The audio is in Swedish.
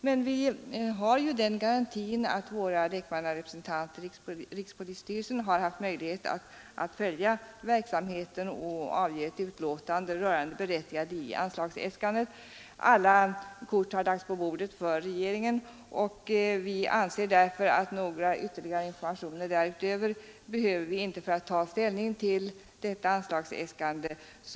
Men vi har den garantin att våra lekmannarepresentanter i rikspolisstyrelsen har haft möjlighet att följa verksamheten och avge ett utlåtande rörande det berättigade i anslagsäskandet. Alla kort har lagts på bordet för regeringen. Vi anser därför att några ytterligare informationer inte behövs för att vi skall kunna ta ställning till detta anslagsäskande.